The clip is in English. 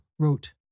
Wrote